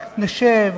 רק נשב,